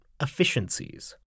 efficiencies